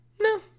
No